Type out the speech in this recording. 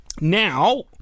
Now